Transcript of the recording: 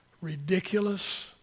ridiculous